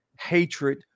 hatred